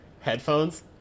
headphones